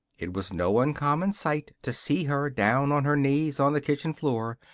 it was no uncommon sight to see her down on her knees on the kitchen floor,